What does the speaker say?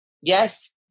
yes